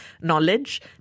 knowledge